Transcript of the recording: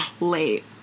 late